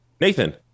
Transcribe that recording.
nathan